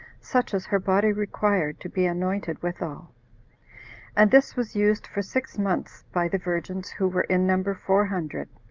such as her body required to be anointed withal and this was used for six months by the virgins, who were in number four hundred.